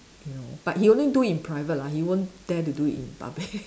you know but he'll only do it in private lah he won't dare to do it in public